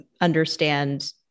understand